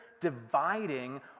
dividing